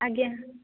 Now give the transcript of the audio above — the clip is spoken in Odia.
ଆଜ୍ଞା